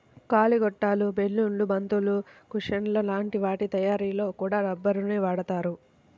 గాలి గొట్టాలు, బెలూన్లు, బంతులు, కుషన్ల లాంటి వాటి తయ్యారీలో కూడా రబ్బరునే వాడతారు